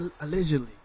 allegedly